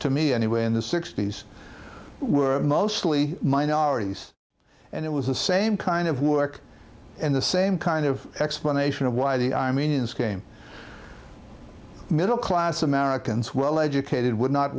to me anyway in the s were mostly minorities and it was the same kind of work and the same kind of explanation of why the armenians came middle class americans well educated would not